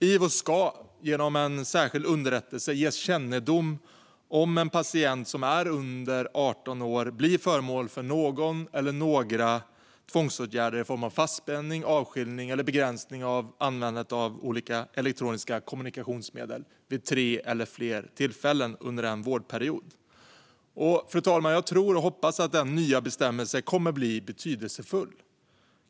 IVO ska genom en särskild underrättelse ges kännedom om när en patient som är under 18 blir föremål för någon eller några tvångsåtgärder i form av fastspänning, avskiljning eller begränsning av användningen av olika elektroniska kommunikationsmedel vid tre eller fler tillfällen under vårdperioden. Jag tror och hoppas, fru talman, att den nya bestämmelsen kommer att bli betydelsefull.